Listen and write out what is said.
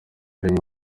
rimwe